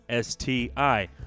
STI